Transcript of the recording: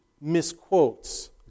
misquotes